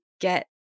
get